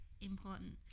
important